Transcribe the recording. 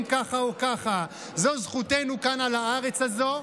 "כי לא בחפזון תצאו ובמנוסה לא תלכון" ככה זה יהיה בגאולה השלמה.